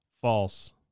false